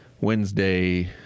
Wednesday